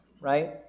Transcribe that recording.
right